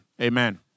Amen